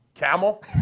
Camel